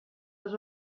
les